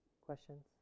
Questions